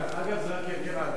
באופן אישי.